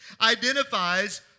identifies